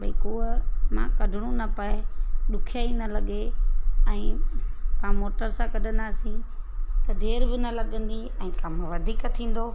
भई खुह मां कढिणो न पए ॾुखिया ई न लॻे ऐं त मोटर सां कढ़ंदासीं त देरि बि न लॻंदी ऐं कमु वधीक थींदो